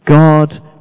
God